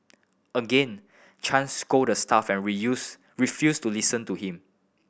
again Chang scolded the staff and reuse refused to listen to him